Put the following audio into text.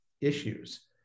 issues